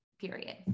period